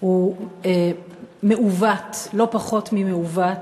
הוא מעוות, לא פחות ממעוות.